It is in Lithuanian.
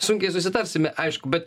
sunkiai susitarsime aišku bet